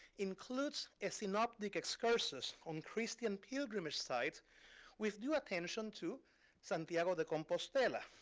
includes a synoptic excursus on christian pilgrimage sites with due attention to santiago de compostela,